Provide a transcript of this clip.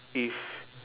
if